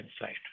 inside